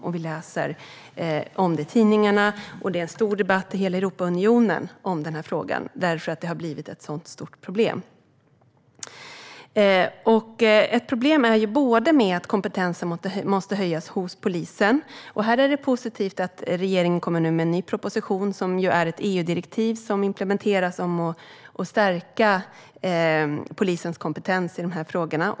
Vi kan läsa om detta i tidningar, och det är en stor debatt om det i hela Europeiska unionen, därför att det har blivit ett så stort problem. Kompetensen måste höjas hos polisen. Det är positivt att regeringen nu kommer med en ny proposition, i vilken ett EU-direktiv implementeras om att stärka polisens kompetens i de här frågorna.